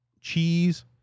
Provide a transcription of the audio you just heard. cheese